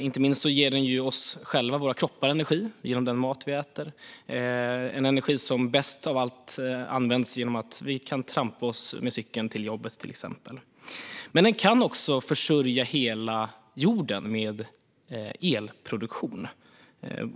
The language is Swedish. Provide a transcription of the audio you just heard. Inte minst ger den våra kroppar energi genom den mat vi äter - en energi som bäst kan användas genom att vi trampar oss på cykel till jobbet. Men den kan också försörja hela jorden med elproduktion.